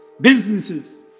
Businesses